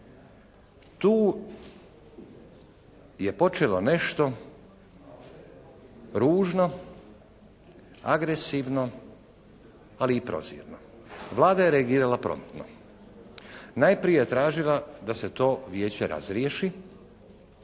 Tu je počelo nešto ružno, agresivno ali i prozirno. Vlada je reagirala promptno. Najprije je tražila da se to Vijeće razriješi,